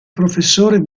professore